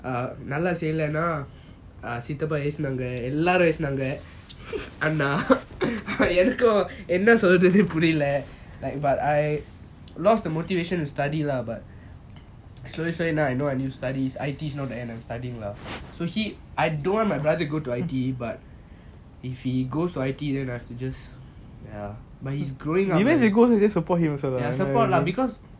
err நல்ல செய்யலைன்னா சீத்தாப்பழம் யேசுனாங்க எல்லாரும் யேசுனாங்க அண்ணா என்னாகும் என்ன சொல்றதுன்னு தெரில:nalla seiyalana chittappalam yeasunanga ellarum yeasunanga anna ennakum enna solrathunu terila like but I lost the motivation to study lah but slowly slowly now I know I need to study is I_T_E is not the end of studies lah I don't want my brother to go I_T_E but if he goes to I_T_E then just ya but he's growing up lah ya support lah because